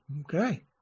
Okay